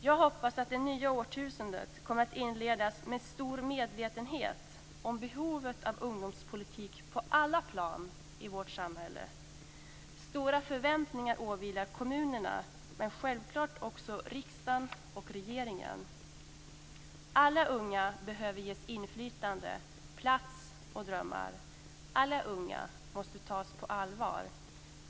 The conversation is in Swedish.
Jag hoppas att det nya årtusendet kommer att inledas med en stor medvetenhet om behovet av ungdomspolitik på alla plan i vårt samhälle. Stora förväntningar åvilar kommunerna men självklart också riksdagen och regeringen. Alla unga behöver ges inflytande, plats och drömmar. Alla unga måste tas på allvar.